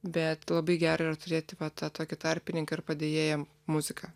bet labai gera yra turėti tą tokį tarpininką ir padėjėją muziką